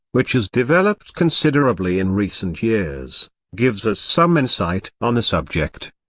which has developed considerably in recent years, gives us some insight on the subject.